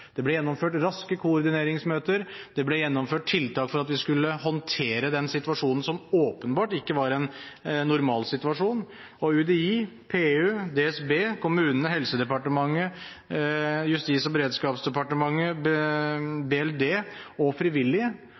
Det ble gjennomført raske koordineringsmøter, det ble gjennomført tiltak for at vi skulle håndtere den situasjonen som åpenbart ikke var en normalsituasjon, og UDI, PU, DSB, kommunene, Helsedepartementet, Justis- og beredskapsdepartementet, Barne-, likestillings- og inkluderingsdepartementet og frivillige